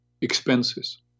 expenses